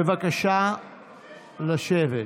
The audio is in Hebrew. בבקשה לשבת.